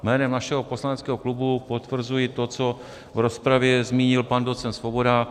Jménem našeho poslaneckého klubu potvrzuji to, co v rozpravě zmínil pan docent Svoboda.